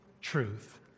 truth